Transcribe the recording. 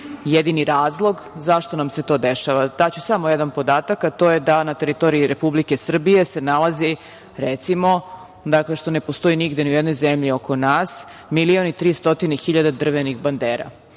jedini razlog zašto nam se to dešava. Daću samo jedan podatak, a to je da na teritoriji Republike Srbije se nalazi recimo, što ne postoji nigde ni u jednoj zemlji oko nas, milion i 300 hiljada drvenih bandera.